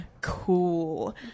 cool